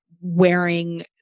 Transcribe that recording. wearing